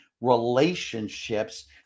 relationships